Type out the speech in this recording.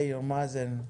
מאיר, מאזן,